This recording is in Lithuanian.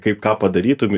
kaip ką padarytum